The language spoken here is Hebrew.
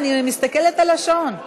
אני מסתכלת על השעון.